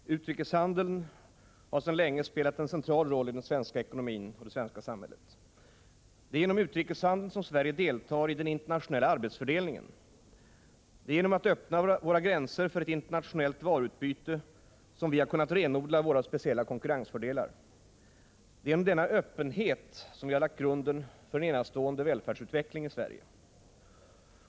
Herr talman! Utrikeshandeln har sedan länge spelat en central roll i den svenska ekonomin och i det svenska samhället. Det är genom utrikeshandeln som Sverige deltar i den internationella arbetsfördelningen. Det är genom att öppna våra gränser för ett internationellt varuutbyte som vi har kunnat renodla våra speciella konkurrensfördelar. Det är genom denna öppenhet som vi har lagt grunden för en enastående välfärdsutveckling i Sverige.